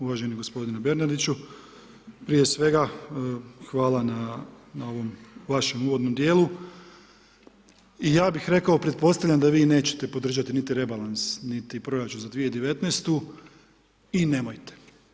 Uvaženi gospodine Bernardiću prije svega hvala na ovom vašem uvodnom dijelu i ja bih rekao, pretpostavljam da vi nećete podržati niti rebalans, niti proračun za 2019. i nemojte.